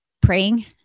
praying